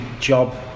job